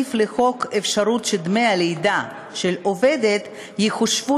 להוסיף לחוק אפשרות שדמי הלידה של עובדת יחושבו